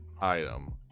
item